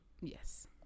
Yes